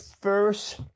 first